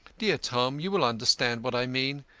dear tom, you will understand what i mean.